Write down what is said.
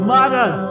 Mother